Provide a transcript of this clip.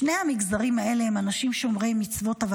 שני המגזרים האלה הם אנשים שומרי מצוות אבל